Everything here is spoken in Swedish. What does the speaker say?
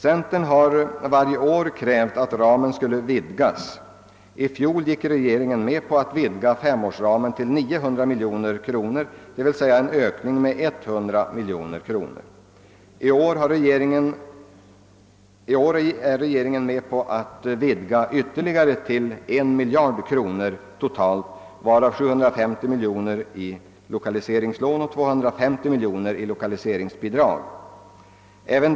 Centern har varje år krävt att ramen skulle vidgas. I fjol gick regeringen med på att vidga femårsramen till 900 miljoner kronor, d. v. s. en ökning med 100 miljoner. I år är regeringen med på att vidga ytterligare till totalt 1 miljard kronor, varav 750 miljoner kronor i lokaliseringslån och 250 miljoner kronor i lokaliseringsbidrag.